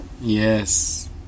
Yes